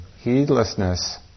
heedlessness